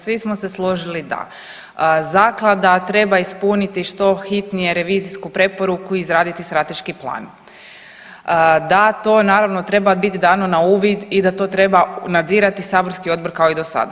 Svi smo se složili da zaklada treba ispuniti što hitnije revizijsku preporuku, izraditi strateški plan, da to naravno treba bit dano na uvid i da to treba nadzirati saborski odbor kao i do sada.